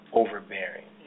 overbearing